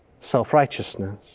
self-righteousness